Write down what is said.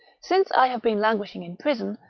since i have been languishing in prison,